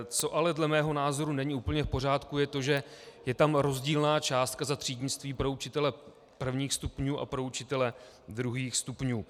Co ale dle mého názoru není úplně v pořádku, je to, že je tam rozdílná částka za třídnictví pro učitele prvních stupňů a pro učitele druhých stupňů.